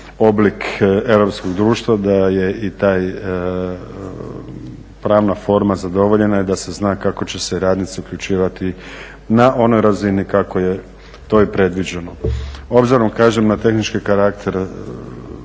oblik europskog društva da je i taj pravna forma zadovoljena i da se zna kako će se radnici uključivati na onoj razini kako je to i predviđeno. Obzirom, kažem na tehničke karaktere